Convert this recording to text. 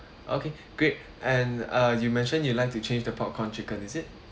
okay great and uh you mention you like to change the popcorn chicken is it